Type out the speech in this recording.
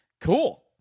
cool